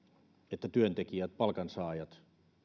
että työntekijöillä palkansaajilla